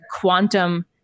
quantum